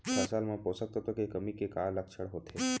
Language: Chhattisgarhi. फसल मा पोसक तत्व के कमी के का लक्षण होथे?